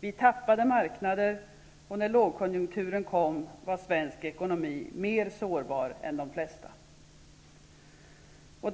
Vi tappade marknader, och när lågkonjunkturen kom var svensk ekonomi mer sårbar än de flesta länders ekonomi.